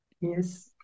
Yes